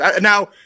Now –